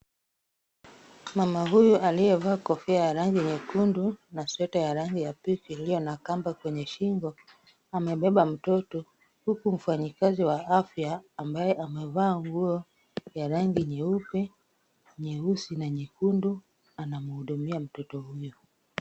Mama huyu aliyevaa kofia ya rangi nyekundu na sweta ya rangi ya pink iliyo na kamba kwenye shingo, amebeba mtoto huku mfanyikazi wa afya ambaye amevaa nguo ya rangi nyeupe, nyeusi na nyekundu anamhudumia mtoto huyo.